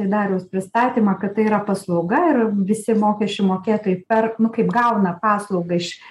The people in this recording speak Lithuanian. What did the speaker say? dariaus pristatymą kad tai yra paslauga ir visi mokesčių mokėtojai per kaip gauna paslaugą iš